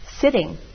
sitting